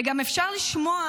וגם אפשר לשמוע